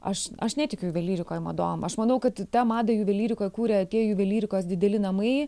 aš aš netikiu juvelyrikoj madom aš manau kad tą madą juvelyrikoj kuria tie juvelyrikos dideli namai